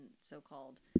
so-called